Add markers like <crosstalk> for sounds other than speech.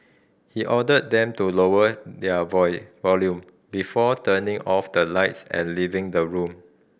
he ordered them to lower their <unintelligible> volume before turning off the lights and leaving the room